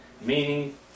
meaning